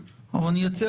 אני אבקש מהמ.מ.מ.